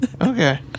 Okay